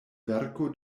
verko